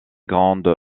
grande